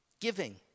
Giving